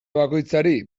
bakoitzari